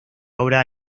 obra